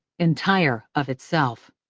entire of itself.